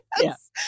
Yes